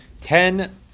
ten